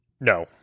No